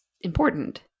important